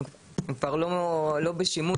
כבר לא בשימוש,